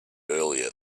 earlier